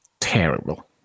terrible